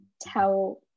tell